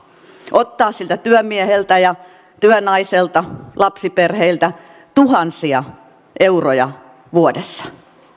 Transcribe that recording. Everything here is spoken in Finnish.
ottaa siltä työmieheltä ja työnaiselta lapsiperheiltä tuhansia euroja vuodessa